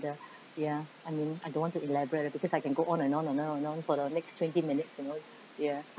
ya I mean I don't want to elaborate it because I can go on and on and on and on for the next twenty minutes you know ya